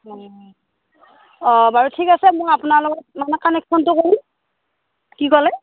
অঁ অঁ বাৰু ঠিক আছে মই আপোনাৰ লগত মানে কানেকচনটো কৰিম কি ক'লে